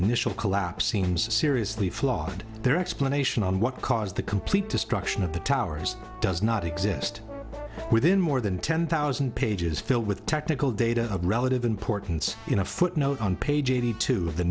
initial collapse seems seriously flawed their explanation on what caused the complete destruction of the towers does not exist within more than ten thousand pages filled with technical data of relative importance in a footnote on page eighty two of the